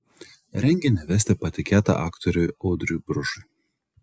renginį vesti patikėta aktoriui audriui bružui